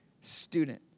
student